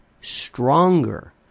stronger